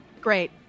Great